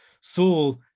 Saul